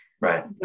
Right